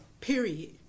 period